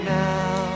now